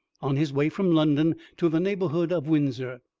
on his way from london to the neighbourhood of windsor.